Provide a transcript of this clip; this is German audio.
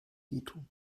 wehtun